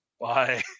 Bye